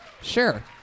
Sure